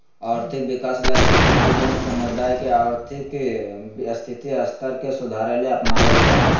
और्थिक विकास लक्ष्य किसी जन समुदाय के और्थिक स्थिति स्तर के सुधारेले अपनाब्ल जा हइ